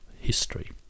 history